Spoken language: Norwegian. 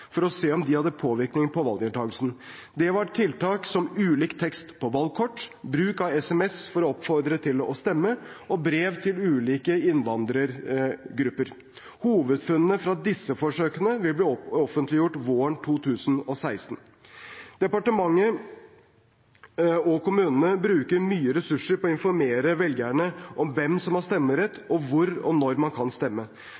som ulik tekst på valgkort, bruk av SMS for å oppfordre til å stemme og brev til ulike innvandrergrupper. Hovedfunnene fra disse forsøkene vil bli offentliggjort våren 2016. I departementet og kommunene brukes det mye ressurser på å informere velgerne om hvem som har stemmerett, og hvor og når man kan stemme.